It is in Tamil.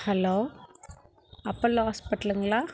ஹலோ அப்பல்லோ ஹாஸ்பிட்டலுங்களா